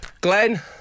Glenn